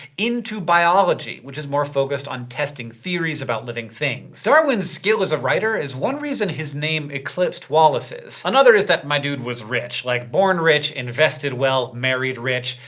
into biology, which is more focused on testing theories about living things. darwin's skill as a writer is one reason his name eclipsed wallace's. another is that my dude was rich! like, born rich, invested well, married rich,